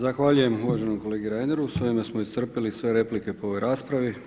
Zahvaljujem uvaženom kolegi Reineru, s ovime smo iscrpili sve replike po ovoj raspravi.